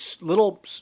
little